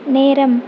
நேரம்